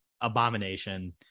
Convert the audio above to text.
Abomination